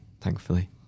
thankfully